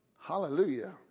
Hallelujah